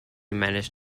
managed